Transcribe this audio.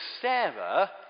Sarah